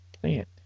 plant